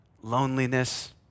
loneliness